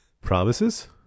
Promises